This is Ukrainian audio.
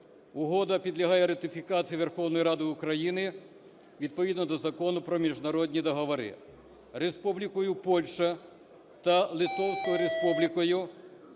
Угода підлягає ратифікації Верховною Радою України відповідно до Закону про міжнародні договори. Республікою Польща та Литовською Республікою